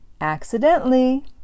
accidentally